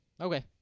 Okay